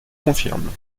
confirme